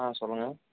ஆ சொல்லுங்கள்